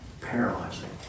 paralyzing